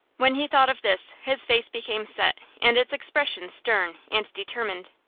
when he thought of this his face became set and its expression stern and determined.